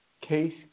Case